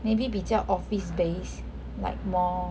maybe 比较 office based like more